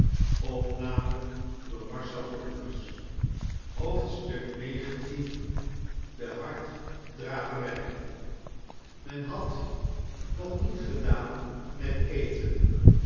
de harddraverij men had nog niet gedaan met eten